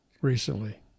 recently